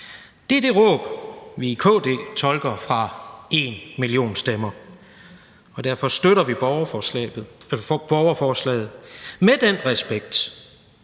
Det er det råb, vi i KD tolker kommer fra #enmillionstemmer, og derfor støtter vi borgerforslaget med den respekt,